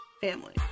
family